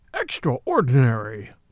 Extraordinary